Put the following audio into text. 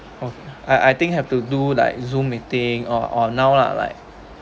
!wah! I I think have to do like zoom meeting on on now lah like